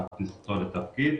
על כניסתו לתפקיד.